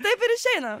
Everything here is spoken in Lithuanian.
taip ir išeina